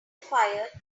fire